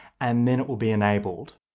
and then it will be enabled.